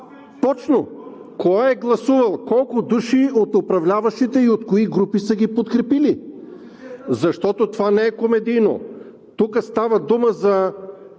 Точно кой е гласувал, колко души от управляващите и от кои групи са ги подкрепили. Защото това не е комедийно, тук става дума за